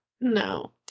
No